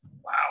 Wow